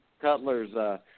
Cutler's